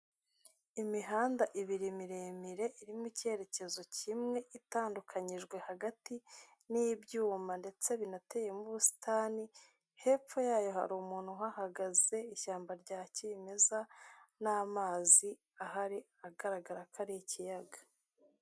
Imihanda ibiri miremire iri mu icyerekezo kimwe itandukanyijwe hagati n'ibyuma ndetse binateyemo ubusitani, hepfo yayo hari umuntu uhahagaze, ishyamba rya kimeza n'amazi ahari agaragara ko ari ikiyaga.